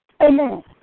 Amen